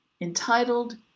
Entitled